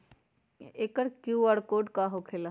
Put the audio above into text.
एकर QR code का होकेला?